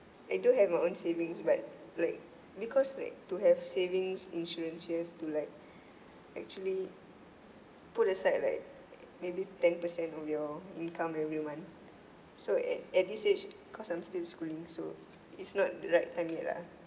I do have my own savings but like because like to have savings insurance you have to like actually put aside like maybe ten percent of your income every month so at at this age cause I'm still schooling so it's not the right time yet ah